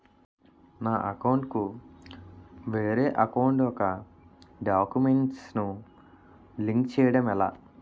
నా అకౌంట్ కు వేరే అకౌంట్ ఒక గడాక్యుమెంట్స్ ను లింక్ చేయడం ఎలా?